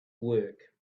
work